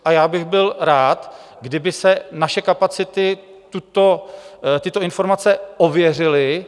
A já bych byl rád, kdyby si naše kapacity tyto informace ověřily.